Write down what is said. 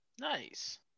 Nice